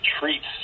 treats